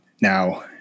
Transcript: Now